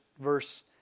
verse